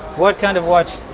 what kind of watch?